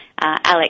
Alex